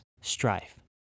Strife